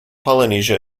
polynesia